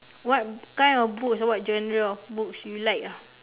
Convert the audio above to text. what kind of books what genre of books you like ah